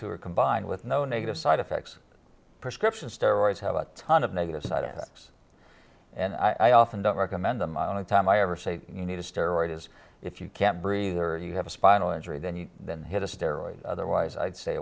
two are combined with no negative side effects prescription steroids have a ton of negative side effects and i often don't recommend them on a time i ever say you need a steroid is if you can't breathe or you have a spinal injury then you then hit a steroids otherwise i'd stay